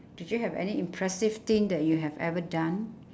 did you have any impressive thing you have ever done